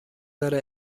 داره